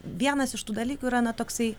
vienas iš tų dalykų yra na toksai